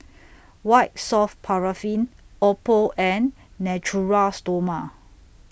White Soft Paraffin Oppo and Natura Stoma